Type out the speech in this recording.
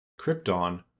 Krypton